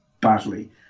badly